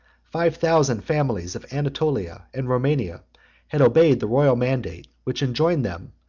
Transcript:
five thousand families of anatolia and romania had obeyed the royal mandate, which enjoined them,